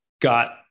got